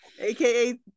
Aka